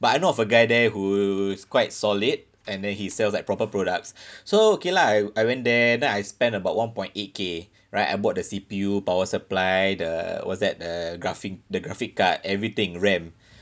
but I know of a guy there who's quite solid and then he sells like proper products so okay lah I I went there then I spent about one point eight K right I bought the C_P_U power supply the what's that uh graphing the graphic card everything RAM